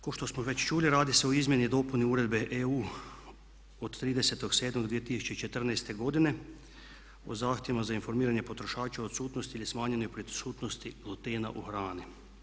Kao što smo već čuli, radi se o izmjeni i dopuni Uredbe EU od 30.07.2014. godine o zahtjevima za informiranje potrošača u odsutnosti ili smanjenje prisutnosti glutena u hrani.